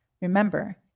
Remember